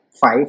five